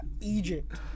Egypt